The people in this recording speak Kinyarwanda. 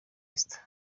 esther